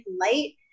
light